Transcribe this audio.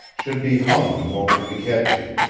should be hung the moment we catch you.